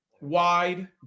wide